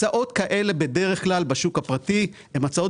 הצעות כאלה בדרך כלל בשוק הפרטי הן הצעות